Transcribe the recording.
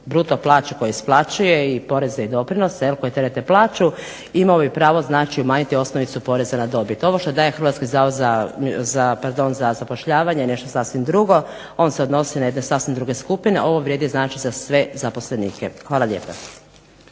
bruto plaću koju isplaćuje i poreze i doprinose koji terete plaću imao bi pravo znači umanjiti osnovicu poreza na dobit. Ovo što daje Hrvatski zavod za zapošljavanje je nešto sasvim drugo. On se odnosi na jedne sasvim druge skupine. Ovo vrijedi znači za sve zaposlenike. Hvala lijepa.